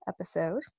episode